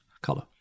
color